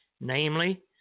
namely